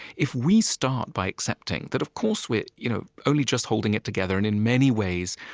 if we start by accepting that of course we're you know only just holding it together, and in many ways,